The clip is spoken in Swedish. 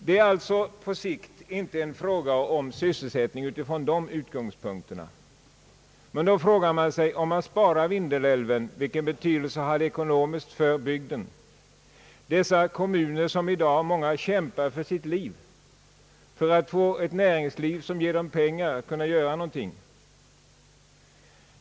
Det är alltså på sikt inte fråga om sysselsättning ur dessa synpunkter. Men vilken betydelse har det ekonomiskt för bygden om man sparar Vindelälven? Dessa kommuner kämpar för livet — för ett näringsliv som ger dem pengar att göra något.